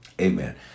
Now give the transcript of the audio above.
Amen